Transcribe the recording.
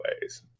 ways